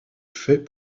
fait